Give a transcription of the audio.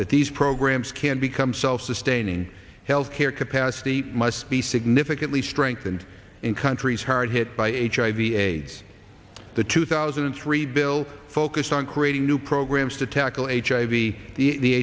that these programs can become self sustaining health care capacity must be significantly strengthened in countries hard hit by hiv aids the two thousand and three bill focus on creating new programs to tackle hiv the